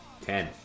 Ten